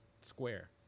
square